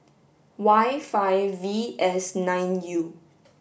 Y five V S nine U